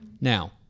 Now